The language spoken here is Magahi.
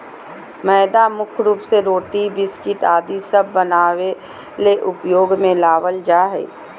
मैदा मुख्य रूप से रोटी, बिस्किट आदि सब बनावे ले उपयोग मे लावल जा हय